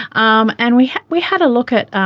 um and we we had a look at